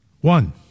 One